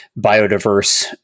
biodiverse